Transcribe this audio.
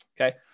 Okay